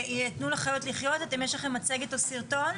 "תנו לחיות לחיות", אתם יש לכם מצגת או סרטון?